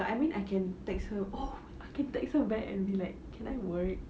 but I mean I can text her oh I can text her back and be like can I work